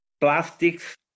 plastics